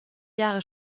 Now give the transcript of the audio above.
jahre